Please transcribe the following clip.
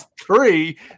three